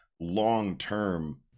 long-term